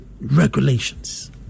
regulations